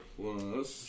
Plus